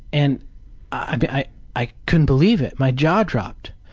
and i i couldn't believe it. my jaw dropped.